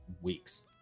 weeks